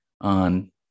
on